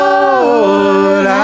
Lord